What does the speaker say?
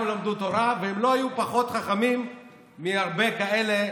גם למדו תורה, והם לא היו פחות חכמים מהרבה כאלה.